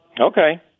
Okay